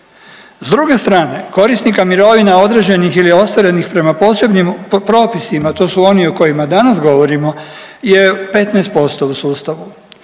S druge strane korisnika mirovina određenih ili ostvarenih prema posebnim propisima, to su oni o kojima danas govorimo je 15% u sustavu